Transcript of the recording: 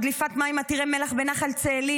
על דליפת מים עתירי מלח בנחל צאלים